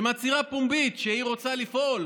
שמצהירה פומבית שהיא רוצה לפעול